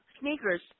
sneakers